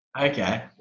Okay